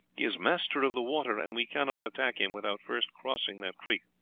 is master of the water, and we cannot attack him without first crossing that creek.